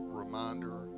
reminder